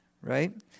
right